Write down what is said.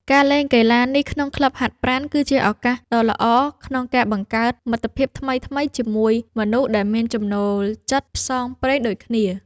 ការលេងកីឡានេះក្នុងក្លឹបហាត់ប្រាណ គឺជាឱកាសដ៏ល្អក្នុងការបង្កើតមិត្តភាពថ្មីៗជាមួយមនុស្សដែលមានចំណូលចិត្តផ្សងព្រេងដូចគ្នា។